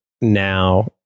now